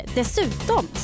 dessutom